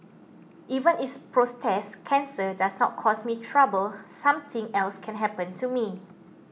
even if prostate cancer does not cause me trouble something else can happen to me